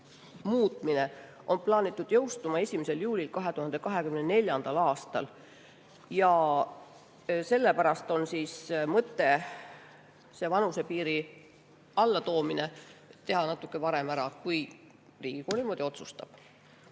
muutmine on plaanitud jõustuma 1. juulil 2024. aastal ja sellepärast on mõte see vanusepiiri allatoomine teha ära natuke varem, kui Riigikogu niimoodi otsustab.